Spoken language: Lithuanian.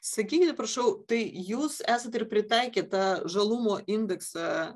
sakykite prašau tai jūs esat ir pritaikę tą žalumo indeksą